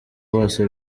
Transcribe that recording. bose